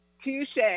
Touche